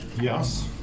Yes